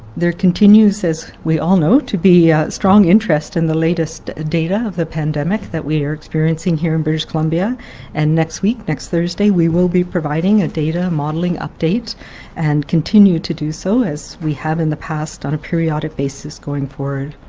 there continues as we all know, to be a strong interest in the latest data of the pandemic that we are experiencing here in british columbia and next week, next thursday will be providing a data modelling update and continue to do so as we have in the past on a periodic basis going forward.